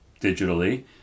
digitally